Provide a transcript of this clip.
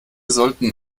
sollten